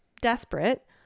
Desperate